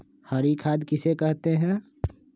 हरी खाद किसे कहते हैं?